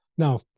Now